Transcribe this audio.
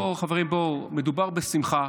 בואו, חברים, בואו, מדובר בשמחה,